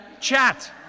Chat